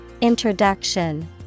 Introduction